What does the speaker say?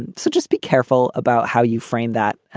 and so just be careful about how you frame that.